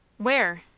where?